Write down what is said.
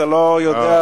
אתה לא יודע,